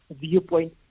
viewpoint